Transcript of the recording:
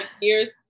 years